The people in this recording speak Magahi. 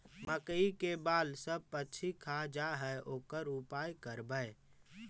मकइ के बाल सब पशी खा जा है ओकर का उपाय करबै?